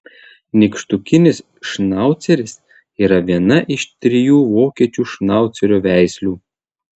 nykštukinis šnauceris yra viena iš trijų vokiečių šnaucerio veislių